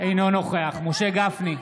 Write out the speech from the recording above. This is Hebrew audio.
אינו נוכח משה גפני,